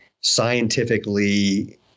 scientifically